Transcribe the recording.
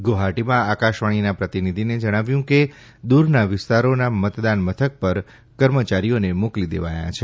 ગુવાહાટીમાં આકાશવાણીના પ્રતિનિધિને જણાવ્યું કે દુરના વિસ્તારોના મતદાન મથક કર્મચારીઓને મોકલી દેવાયા છે